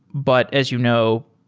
but as you know,